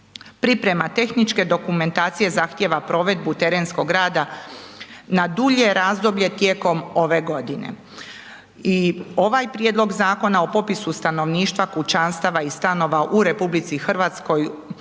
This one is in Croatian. Priprema tehničke dokumentacije zahtijeva provedbu terenskog rada na dulje razdoblje tijekom ove godine i ovaj prijedlog Zakona o popisu stanovništva, kućanstava i stanova u RH